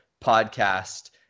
podcast